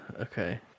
okay